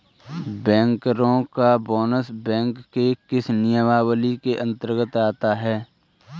बैंकरों का bonus bank के किस नियमावली के अंतर्गत आता है?